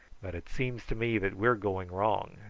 but it seems to me that we are going wrong.